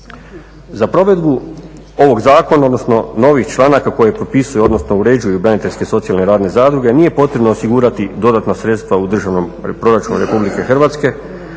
Za provedbu ovog zakona, odnosno novih članaka koje propisuje odnosno uređuju braniteljske socijalne radne zadruge nije potrebno osigurati dodatna sredstava u državnom proračunu Republike Hrvatske,